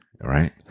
Right